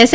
એસે